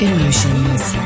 Emotions